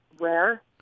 rare